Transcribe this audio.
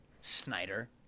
Snyder